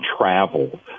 travel